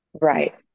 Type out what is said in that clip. Right